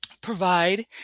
provide